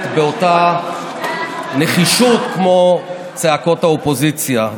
באותה נחישות כמו צעקות האופוזיציה.